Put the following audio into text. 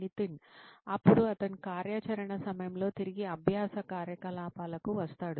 నితిన్ అప్పుడు అతను కార్యాచరణ సమయంలో తిరిగి అభ్యాస కార్యకలాపాలకు వస్తాడు